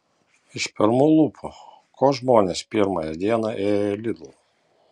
iš pirmų lūpų ko žmonės pirmąją dieną ėjo į lidl